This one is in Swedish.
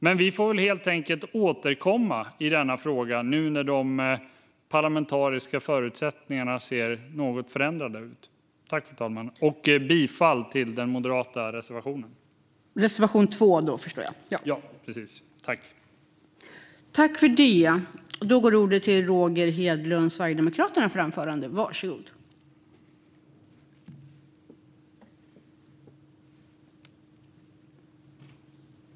Men vi får helt enkelt återkomma i frågan när de parlamentariska förutsättningarna nu ser något förändrade ut. Jag yrkar bifall till den moderata reservationen, det vill säga reservation 2.